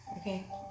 Okay